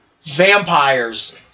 Vampires